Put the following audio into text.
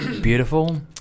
beautiful